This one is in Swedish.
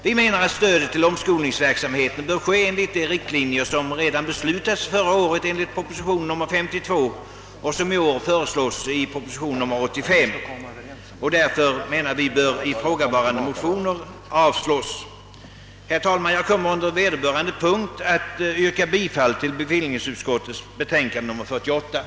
Vi anser att stödet till omskolningsverksamheten bör utgå enligt de riktlinjer som har beslutats i enlighet med proposition nr 52 förra året och som i år föreslås i proposition nr 85. Vi anser därför att ifrågavarande motioner bör avslås. Herr talman! Jag kommer, när bevillningsutskottets betänkande nr 48 föredragits, att yrka bifall till den däri gjorda hemställan.